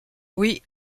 oui